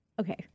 okay